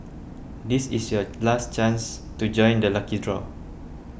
this is your last chance to join the lucky draw